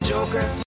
Joker